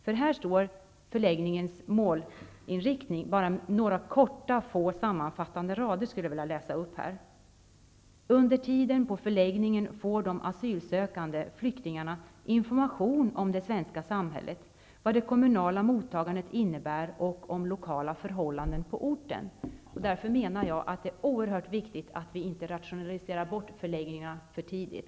Jag skulle sammanfattningsvis beträffande målinriktningen för förläggningarna vilja läsa upp vad som sägs på några få rader i broschyren från statens invandrarverk om flyktingmottagandet: ''Under tiden på förläggningen får de asylsökande/flyktingarna information om det svenska samhället, vad det kommunala mottagandet innebär och om lokala förhållanden på orten.'' Mot denna bakgrund menar jag att det är oerhört viktigt att vi inte rationaliserar bort förläggningarna för tidigt.